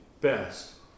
best